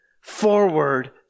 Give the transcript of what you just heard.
forward